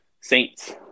Saints